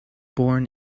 born